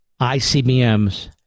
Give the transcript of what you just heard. ICBMs